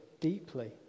deeply